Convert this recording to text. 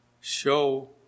Show